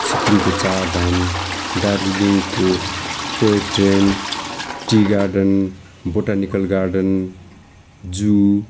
सिक्किमको चारधाम दार्जिलिङको toy train tea garden botanical garden जू